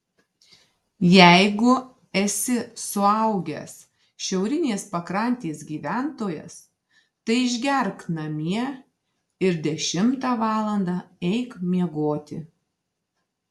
jeigu esi suaugęs šiaurinės pakrantės gyventojas tai išgerk namie ir dešimtą valandą eik miegoti